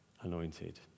anointed